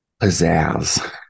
pizzazz